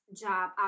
job